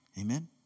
Amen